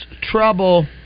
trouble